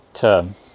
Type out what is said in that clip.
term